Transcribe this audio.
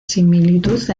similitud